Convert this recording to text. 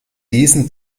diesen